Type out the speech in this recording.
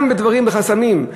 גם בחסמים,